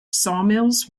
sawmills